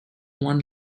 one